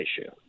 issue